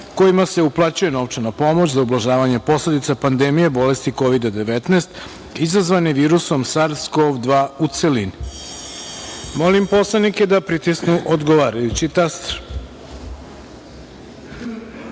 kojima se uplaćuje novčana pomoć za ublažavanje posledica pandemije bolesti COVID-19 izazvane virusom SARS-CoV-2, u celini. Molim narodne poslanike da pritisnu odgovarajući